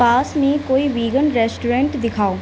پاس میں کوئی vegan restaurant دکھاؤ